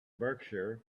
berkshire